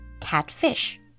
catfish